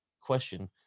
question